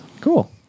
Cool